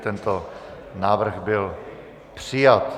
Tento návrh byl přijat.